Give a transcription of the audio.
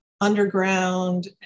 underground